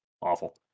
Awful